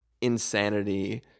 insanity